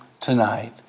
tonight